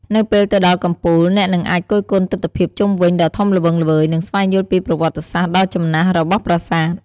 នៅពេលទៅដល់កំពូល អ្នកនឹងអាចគយគន់ទិដ្ឋភាពជុំវិញដ៏ធំល្វឹងល្វើយ និងស្វែងយល់ពីប្រវត្តិសាស្រ្តដ៏ចំណាស់របស់ប្រាសាទ។